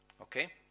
Okay